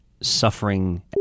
suffering